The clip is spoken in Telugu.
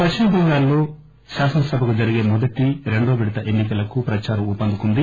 పశ్చిమ బెంగాల్లో శాసన సభకు జరిగే మొదటి రెండో విడత ఎన్ని కలకు ప్రదారం ఊపందుకుంది